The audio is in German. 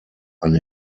ein